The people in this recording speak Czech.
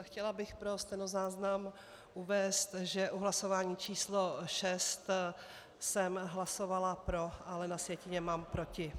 Chtěla bych pro stenozáznam uvést, že u hlasování číslo 6 jsem hlasovala pro, ale na sjetině mám proti.